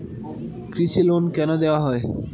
কৃষি লোন কেন দেওয়া হয়?